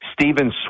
Steven